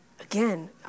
Again